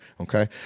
okay